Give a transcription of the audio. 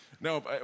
No